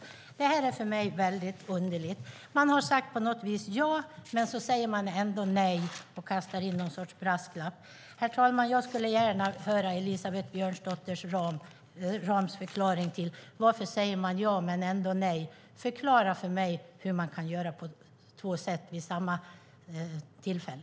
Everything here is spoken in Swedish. Det känns för mig väldigt underligt. På något vis har man sagt ja, men sedan säger man ändå nej genom att kasta in en brasklapp. Herr talman! Jag skulle gärna vilja höra Elisabeth Björnsdotter Rahms förklaring till varför man säger ja men ändå nej. Kan Elisabeth Björnsdotter Rahm förklara för mig hur man kan göra på två olika sätt vid ett och samma tillfälle?